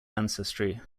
ancestry